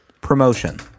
promotion